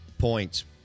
points